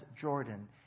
Jordan